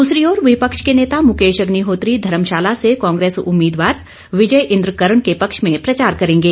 दूसरी ओर विपक्ष के नेता मुकेश अग्निहोत्री धर्मशाला से कांग्रेस उम्मीदवार विजय इन्द्र कर्ण के पक्ष में प्रचार करेंगे